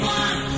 one